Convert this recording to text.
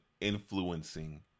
influencing